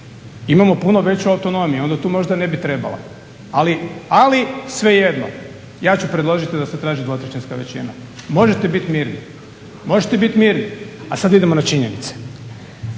imamo puno veću autonomiju, onda tu možda ne bi trebala. Ali, ali svejedno ja ću predložiti da se traži dvotrećinska većina. Možete biti mirni, a sad idemo na činjenice.